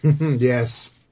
Yes